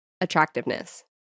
attractiveness